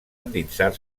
endinsar